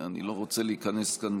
אני לא רוצה להיכנס כאן